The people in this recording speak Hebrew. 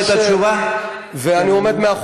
בוא נדבר על